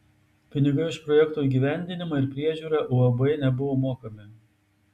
pinigai už projekto įgyvendinimą ir priežiūrą uab nebuvo mokami